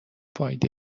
فایده